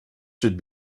should